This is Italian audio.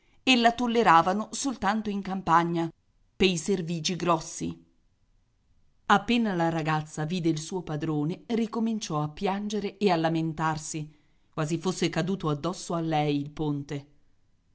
e la tolleravano soltanto in campagna pei servigi grossi appena la ragazza vide il suo padrone ricominciò a piangere e a lamentarsi quasi fosse caduto addosso a lei il ponte